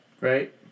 Right